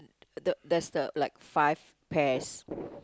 the there's the like five pears